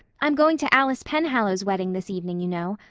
i'm going to alice penhallow's wedding this evening, you know.